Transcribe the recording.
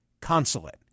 consulate